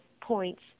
points